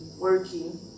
working